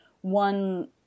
one